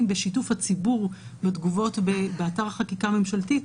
בשיתוף הציבור בתגובות באתר חקיקה ממשלתית